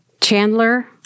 Chandler